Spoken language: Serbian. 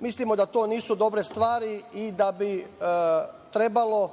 Mislimo da to nisu dobre stvari i da bi trebalo